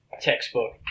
textbook